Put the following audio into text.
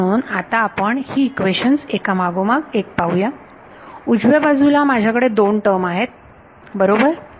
म्हणून आता आपण ही इक्वेशन्स एकामागोमाग एक पाहू उजव्या बाजूला माझ्याकडे दोन टर्म आहेत बरोबर